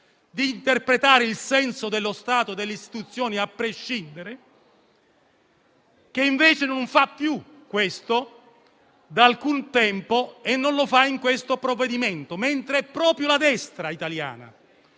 di interpretare il senso dello Stato e delle istituzioni a prescindere e che invece non fa più questo da tempo e non lo fa certo con questo provvedimento - è proprio la destra italiana